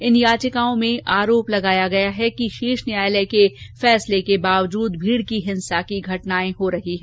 इन याचिकाओं में आरोप लगाया गया है कि शीर्ष न्यायालय के फैसले के बावजूद भीड़ की हिंसा की घटनाएं हो रही हैं